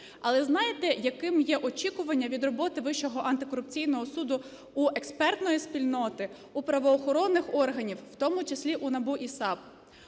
Але знаєте, яким є очікування від роботи Вищого антикорупційного суду у експертної спільноти, у правоохоронних органів, в тому числі у НАБУ і САП?